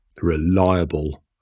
reliable